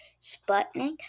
Sputnik